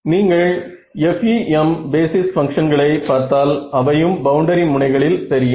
நீங்கள் FEM basis பங்க்ஷன்களை பார்த்தால் அவையும் பவுண்டரி முனைகளில் தெரியும்